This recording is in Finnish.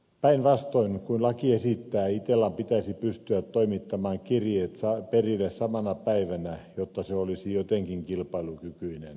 päinvastoin kuin laki esittää itellan pitäisi pystyä toimittamaan kirjeet perille samana päivänä jotta se olisi jotenkin kilpailukykyinen